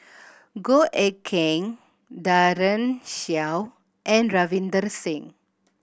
Goh Eck Kheng Daren Shiau and Ravinder Singh